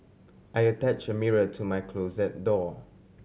I attach a mirror to my closet door